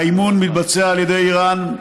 האימון מתבצע על ידי איראן,